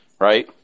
right